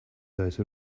those